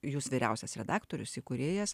jūs vyriausias redaktorius įkūrėjas